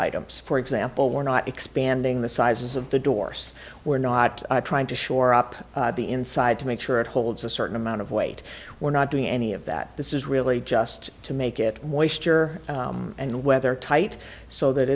items for example we're not expanding the sizes of the doors we're not trying to shore up the inside to make sure it holds a certain amount of weight we're not doing any of that this is really just to make it waste year and weather tight so that